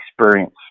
experience